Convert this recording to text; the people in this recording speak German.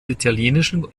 italienischen